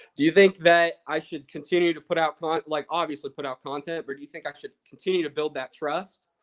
do you think that i should continue to put out cont like like obviously put out content, or do you think i should continue to build that trust?